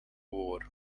war